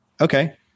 Okay